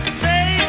say